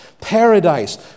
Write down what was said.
Paradise